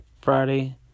Friday